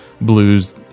blues